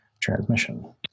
transmission